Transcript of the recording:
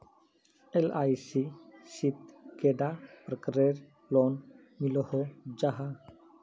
LIC शित कैडा प्रकारेर लोन मिलोहो जाहा?